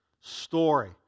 story